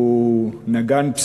והוא נגן,